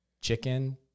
chicken